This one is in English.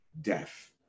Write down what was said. death